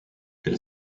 elle